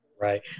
Right